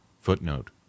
Footnote